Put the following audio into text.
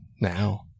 Now